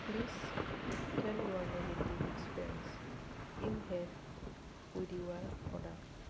police tell your negative experience you had with your product